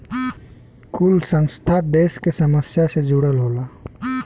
कुल संस्था देस के समस्या से जुड़ल होला